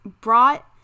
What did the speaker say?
brought